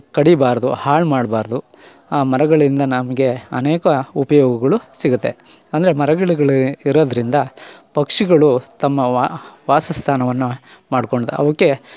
ಕಡಿಬಾರದು ಹಾಳು ಮಾಡಬಾರ್ದು ಆ ಮರಗಳಿಂದ ನಮಗೆ ಅನೇಕ ಉಪಯೋಗಗಳು ಸಿಗುತ್ತೆ ಅಂದರೆ ಮರಗಿಡಗಳು ಇರೋದರಿಂದ ಪಕ್ಷಿಗಳು ತಮ್ಮ ವಾಸ ಸ್ಥಾನವನ್ನು ಮಾಡ್ಕೊಂಡು ಅವುಕ್ಕೆ